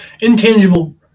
intangible